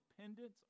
pendants